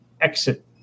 exit